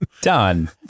done